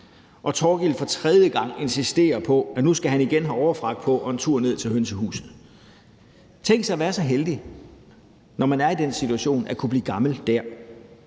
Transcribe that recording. og Thorkild for tredje gang insisterer på, at nu skal han igen have overfrakke på og en tur ned til hønsehuset. Tænk, at være så heldig, når man er i den situation, at kunne blive gammel der.